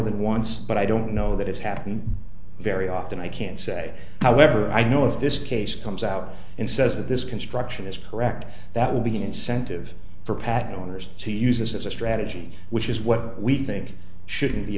than once but i don't know that it's happened very often i can say however i know of this case comes out and says that this construction is correct that would be an incentive for patent owners to use this as a strategy which is what we think shouldn't be